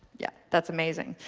yeah, that's amazing.